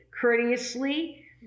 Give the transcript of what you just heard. courteously